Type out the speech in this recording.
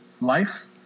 life